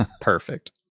Perfect